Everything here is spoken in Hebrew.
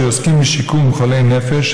שעוסקים בשיקום חולי נפש,